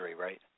right